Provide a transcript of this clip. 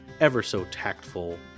ever-so-tactful